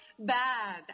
Bad